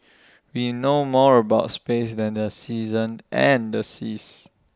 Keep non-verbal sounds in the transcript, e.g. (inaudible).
(noise) we know more about space than the seasons and the seas